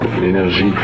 L'énergie